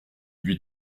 lui